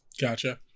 Gotcha